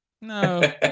no